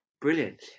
Brilliant